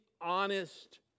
honest